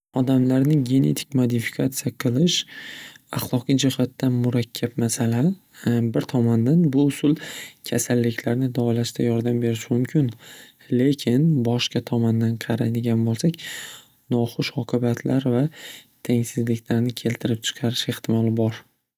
Odamlarni genetik modifikatsiya qilish ahloqiy jihatdan murakkab masala. Bir tomondan bu usul kasalliklarni davolashda yordam berishi mumkin. Lekin boshqa tomondan qaraydigan bo'lsak noxush oqibatlar va tengsizliklarni keltirib chiqarish ehtimoli bor.